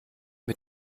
mit